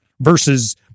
versus